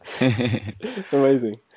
amazing